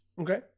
Okay